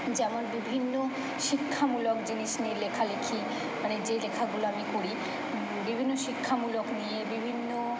যেমন বিভিন্ন শিক্ষামূলক জিনিস নিয়ে লেখা লেখি মানে যে লেখাগুলো আমি করি বিভিন্ন শিক্ষামূলক নিয়ে বিভিন্ন